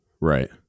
Right